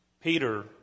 Peter